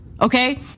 okay